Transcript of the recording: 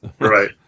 Right